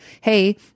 hey